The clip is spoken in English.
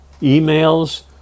emails